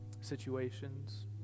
situations